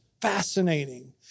fascinating